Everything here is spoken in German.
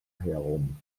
herum